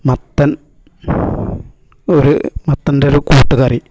മത്തൻ ഒരു മത്തൻ്റെ ഒരു കൂട്ടുകറി